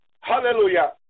hallelujah